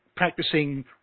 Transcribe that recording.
practicing